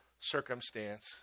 circumstance